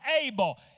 able